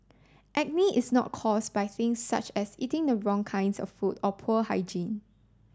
acne is not caused by things such as eating the wrong kinds of food or poor hygiene